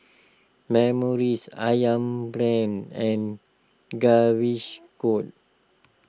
Morries Ayam Brand and Gaviscon